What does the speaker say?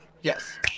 Yes